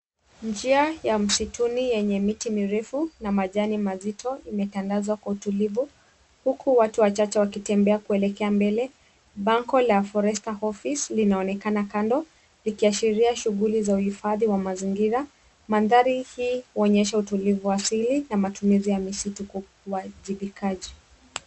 Njia ya msituni yenye miti mirefu na majani mazito, imetandazwa kwa utulivu, huku watu wachache wakitembea kuelekea mbele. Bango la FORESTER OFFICE, linaonekana kando. Likiashiria shughuli za uhifadhi wa mazingira. Mandhari hii huonyesha utulivu wa asili na matumizi ya misitu kwa uwajibikaji.